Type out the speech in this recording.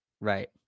right